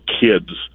kids